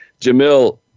Jamil